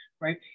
right